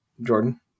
Jordan